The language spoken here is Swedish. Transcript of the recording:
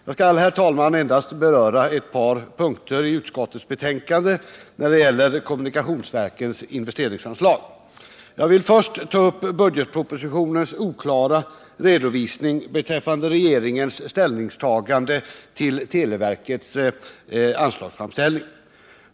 Jag skall, herr talman, endast beröra ett par punkter i utskottets betänkande när det gäller kommunikationsverkens investeringsanslag. Jag vill först ta upp budgetpropositionens oklara redovisning beträffande regeringens ställningstagande till televerkets anslagsframställning.